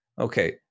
Okay